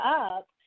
up